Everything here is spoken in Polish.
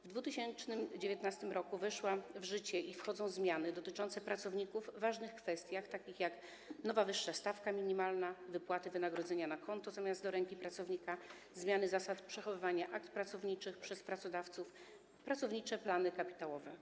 W 2019 r. weszły w życie i wchodzą zmiany dotyczące pracowników w ważnych kwestiach, takich jak nowa, wyższa stawka minimalna, wypłaty wynagrodzenia na konto zamiast do ręki pracownika, zmiany zasad przechowywania akt pracowniczych przez pracodawców, pracownicze plany kapitałowe.